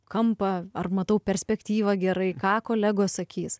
kampą ar matau perspektyvą gerai ką kolegos sakys